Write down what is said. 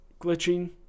glitching